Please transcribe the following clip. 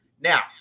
now